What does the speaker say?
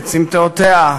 את סמטאותיה,